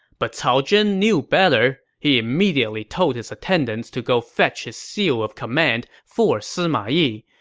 but cao zhen knew better. he immediately told his attendants to go fetch his seal of command for sima yi,